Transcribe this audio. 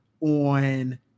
on